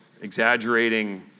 Exaggerating